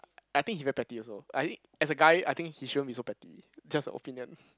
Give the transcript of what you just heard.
I think he very petty also I as a guy I think he shouldn't be so petty just a opinion